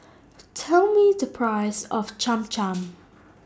Tell Me The Price of Cham Cham